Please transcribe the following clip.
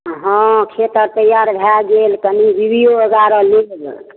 हँ खेत आओर तैआर भए गेल कनि वी वी ओ एगारह नहि ने गेलै